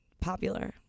popular